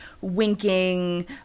winking